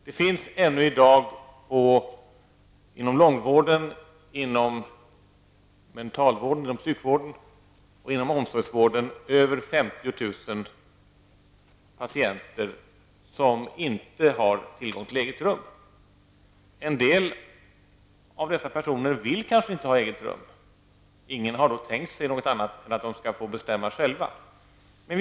Det finns ännu i dag inom långvården, inom mentalvården, inom psykvården och inom omsorgsvården över 50 000 patienter som inte har tillgång till eget rum. En del av dessa personer vill kanske inte ha eget rum. Ingen har då tänkt sig något annat än att de själva skall få bestämma.